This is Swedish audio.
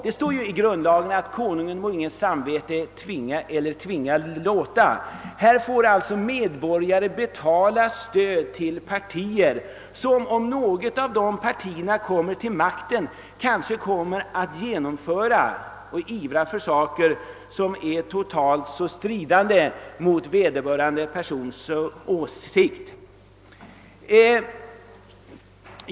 Det står i grundlagen att Konungen bör »ingens samvete tvinga eller tvinga låta», men här måste alltså medborgare betala stöd till partier, och om något av dem kommer till makten kommer det kanske att genomföra och ivra för saker som totalt strider mot vederbörande persons åsikt och samvete.